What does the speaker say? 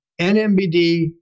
NMBD